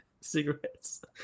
cigarettes